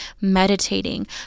meditating